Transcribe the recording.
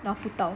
拿不到